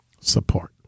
support